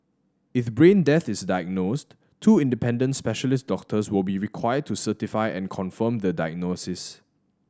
if brain death is diagnosed two independent specialist doctors will be required to certify and confirm the diagnosis